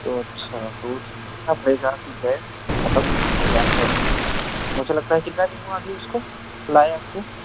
तो अच्छा तो उस देखना पड़ेगा कि गैस ख़त्म हुई है या है मुझे लगता है कि मैं मिनुगा नहीं उसको लायक़ को